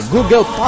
Google